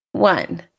One